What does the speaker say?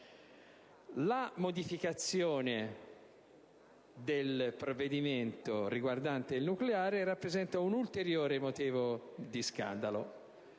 La modificazione del provvedimento riguardante il nucleare rappresenta un ulteriore motivo di scandalo.